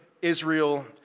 Israel